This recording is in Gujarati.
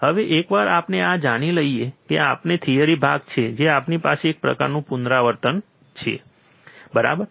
હવે એકવાર આપણે આ જાણી લઈએ જે આપણો થિયરી ભાગ છે જે આપણી પાસે એક પ્રકારનું પુનરાવર્તિત છે બરાબર